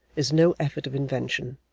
is no effort of invention.